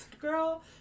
girl